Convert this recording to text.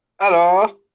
Hello